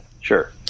Sure